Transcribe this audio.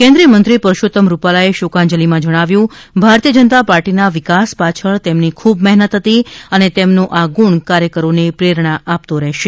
કેન્દ્રિય મંત્રી પરસોત્તમ રૂપાલા એ શોકાંજલી માં જણાવ્યુ છે કે ભારતીય જનતા પાર્ટીના વિકાસ પાછળ તેમની ખૂબ મહેનત હતી અને તેમનો આ ગુણ કાર્યકરો ને પ્રેરણા આપતો રહેશે